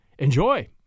enjoy